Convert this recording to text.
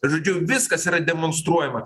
žodžiu viskas yra demonstruojama